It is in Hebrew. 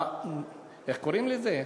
איך קוראים לזה?